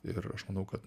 ir aš manau kad